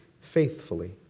faithfully